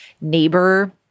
neighbor